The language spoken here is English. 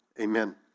Amen